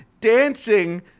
dancing